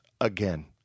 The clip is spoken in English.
again